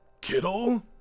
Kittle